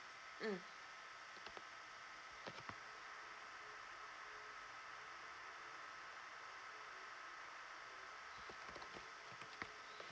mm